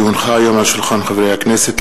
כי הונחה היום על שולחן הכנסת,